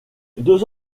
deux